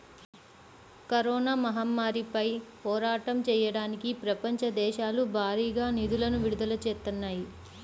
corona మహమ్మారిపై పోరాటం చెయ్యడానికి ప్రపంచ దేశాలు భారీగా నిధులను విడుదల చేత్తన్నాయి